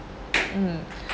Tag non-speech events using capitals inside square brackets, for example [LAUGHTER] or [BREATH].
mm [BREATH]